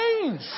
change